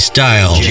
Style